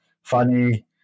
Funny